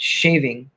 shaving